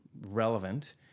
relevant